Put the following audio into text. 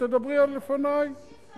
תודה רבה, אדוני, אל תעזור לי בניהול הישיבה.